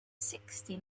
sixty